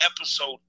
episode